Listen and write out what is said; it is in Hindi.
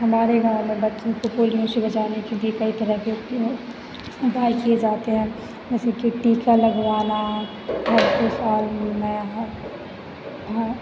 हमारे गाँव में बच्चे को से बचाने के लिए कई तरह उपयोग उपाय किए जाते हैं जैसे कि टीका लगवाना हर साल में